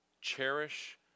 cherish